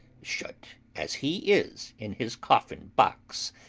shut, as he is, in his coffin-box.